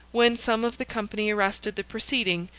when some of the company arrested the proceeding,